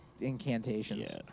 incantations